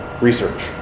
research